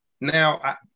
now